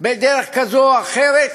שבדרך כזו או אחרת